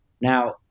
Now